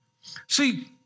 See